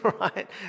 right